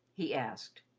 he asked.